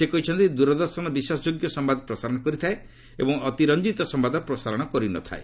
ସେ କହିଛନ୍ତି ଦୂରଦର୍ଶନ ବିଶ୍ୱାସ ଯୋଗ୍ୟ ସମ୍ଭାଦ ପ୍ରସାରଣ କରିଥାଏ ଏବଂ ଅତିରଞ୍ଜିତ ସମ୍ଭାଦ ପ୍ରସାରଣ କରିନଥାଏ